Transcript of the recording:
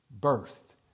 Birth